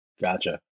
Gotcha